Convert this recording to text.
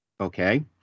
Okay